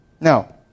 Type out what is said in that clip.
Now